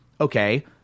okay